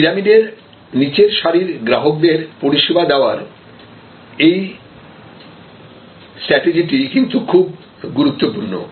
পিরামিডের নিচের সারির গ্রাহকদের পরিষেবা দেওয়ার এই স্ট্র্যাটেজিটি কিন্তু খুব গুরুত্বপূর্ণ